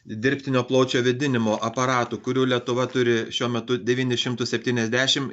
dirbtinio plaučių vėdinimo aparatų kurių lietuva turi šiuo metu devynis šimtus septyniasdešimt